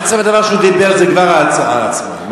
עצם הדבר שהוא דיבר זה כבר ההצעה עצמה.